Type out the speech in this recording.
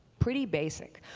pretty basic.